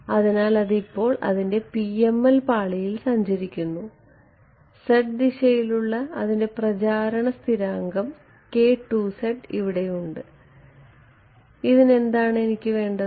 അതിനാൽ അത് ഇപ്പോൾ അതിന്റെ PML പാളിയിൽ സഞ്ചരിക്കുന്നു z ദിശയിലുള്ള അതിന്റെ പ്രചാരണ സ്ഥിരാങ്കം ഇവിടെയുണ്ട് ഇതിന് എനിക്ക് എന്താണ് വേണ്ടത്